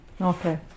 Okay